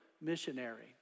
missionary